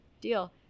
deal